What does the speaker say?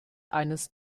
eines